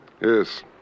Yes